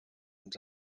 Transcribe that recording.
ens